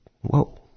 whoa